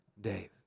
Dave